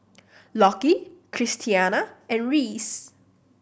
Lockie Christiana and Reese